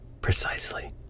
precisely